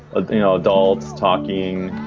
ah you know, adults talking.